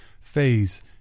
phase